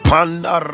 Panda